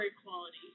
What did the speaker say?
equality